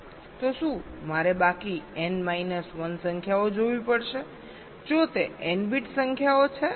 તો શું મારે બાકી n માઇનસ 1 સંખ્યાઓ જોવી પડશે જો તે n બીટ સંખ્યાઓ છે